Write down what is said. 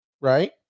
Right